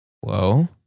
Whoa